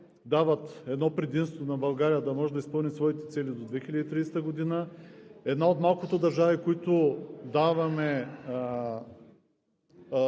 дават едно предимство на България да може да изпълни своите цели до 2030 г. – eдна от малкото държави, която дава